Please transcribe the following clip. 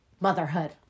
motherhood